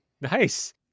Nice